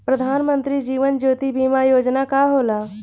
प्रधानमंत्री जीवन ज्योति बीमा योजना का होला?